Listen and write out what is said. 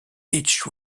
each